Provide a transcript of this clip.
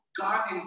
God